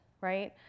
right